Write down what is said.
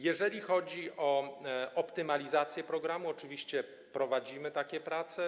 Jeżeli chodzi o optymalizację programu, to oczywiście prowadzimy takie prace.